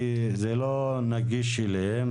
כי זה לא נגיש אליהם,